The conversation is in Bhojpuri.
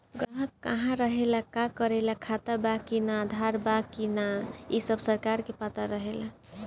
ग्राहक कहा रहेला, का करेला, खाता बा कि ना, आधार बा कि ना इ सब सरकार के पता रहेला